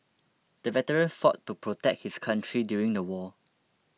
the veteran fought to protect his country during the war